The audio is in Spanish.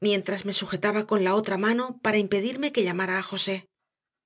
mientras me sujetaba con la otra mano para impedirme que llamara a josé